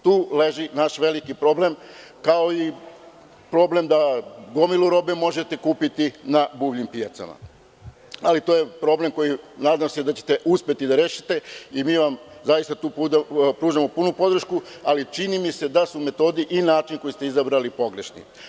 Tu leži naš veliki problem, kao i problem da gomilu robe možete kupiti na buvljim pijacama, ali to je problem za koji nadam se da ćete uspeti da ga rešite i mi vam zaista tu pružamo punu podršku, ali čini mi se da su metodi i način koji ste izabrali pogrešni.